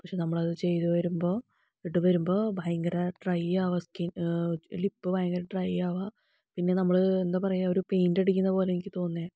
പക്ഷേ നമ്മൾ അത് ചെയ്തു വരുമ്പോൾ അത് ഇട്ടു വരുമ്പോൾ ഭയങ്കര ഡ്രൈ ആവുകയാണ് സ്കിന്നാ ലിപ്പ് ഭയങ്കര ഡ്രൈ ആവുകയാണ് പിന്നെ നമ്മള് എന്താ പറയുക ഒരു പെയിൻറ് അടിക്കുന്ന പോലെ എനിക്ക് തോന്നിയത്